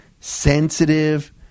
sensitive